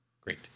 Great